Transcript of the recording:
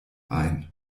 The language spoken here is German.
ein